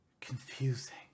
confusing